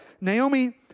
Naomi